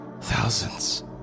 Thousands